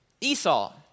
Esau